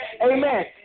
Amen